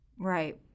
Right